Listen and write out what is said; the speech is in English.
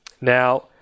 now